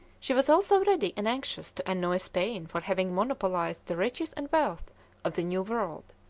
she was also ready and anxious to annoy spain for having monopolised the riches and wealth of the new world.